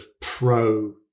pro